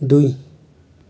दुई